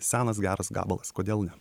senas geras gabalas kodėl ne